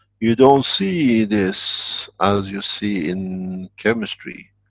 you don't see this, as you see in chemistry.